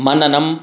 मननं